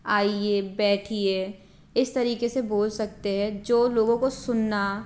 आईए बैठिए इस तरीक़े से बोल सकते हैं जो लोगों को सुनना